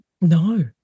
No